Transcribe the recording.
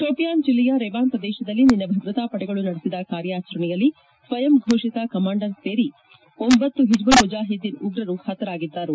ಶೋಪಿಯಾನ್ ಜಿಲ್ಲೆಯ ರೆಬಾನ್ ಪ್ರದೇಶದಲ್ಲಿ ನಿನ್ನೆ ಭದ್ರತಾ ಪಡೆಗಳು ನಡೆಸಿದ ಕಾರ್ಯಾಚರಣೆಯಲ್ಲಿ ಸ್ವಯಂ ಘೋಷಿತ ಕಮಾಂಡರ್ ಸೇರಿ ಐವರು ಹಿಜ್ಲುಲ್ ಮುಜಾಹಿದೀನ್ ಉಗ್ರರು ಹತರಾಗಿದ್ದರು